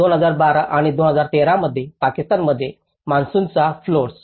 2012 आणि 2013 मध्ये पाकिस्तानमध्ये मान्सूनचा फ्लोऑड्स